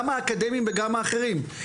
גם האקדמיים וגם האחרים.